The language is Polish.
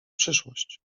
przyszłość